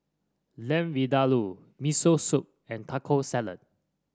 Lamb Vindaloo Miso Soup and Taco Salad